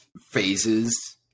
phases